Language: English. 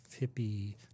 hippie